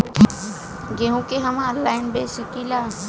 गेहूँ के हम ऑनलाइन बेंच सकी ला?